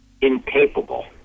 incapable